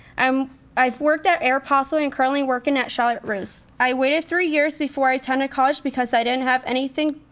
um i've worked at aeropostale and currently working at charlotte russe. i waited three years before i attended college because i didn't have anything.